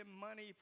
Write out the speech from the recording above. money